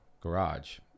garage